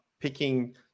picking